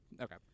Okay